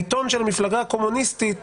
העיתון של המפלגה הקומוניסטית